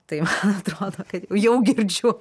tai man atrodo kad jau girdžiu